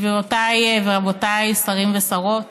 גבירותיי ורבותיי, שרים ושרות,